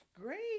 Great